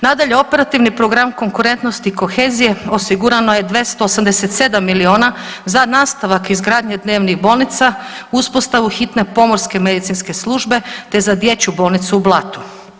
Nadalje operativni program konkurentnosti i kohezije osigurano je 287 milijuna za nastavak izgradnje dnevnih bolnica, uspostavu hitne pomorske medicinske službe te za dječju bolnicu u Blatu.